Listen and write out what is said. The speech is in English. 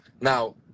now